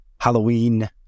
halloween